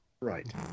Right